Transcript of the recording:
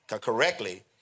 correctly